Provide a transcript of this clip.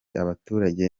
abaturage